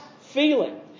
feeling